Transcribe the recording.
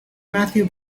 matthew